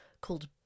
called